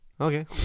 Okay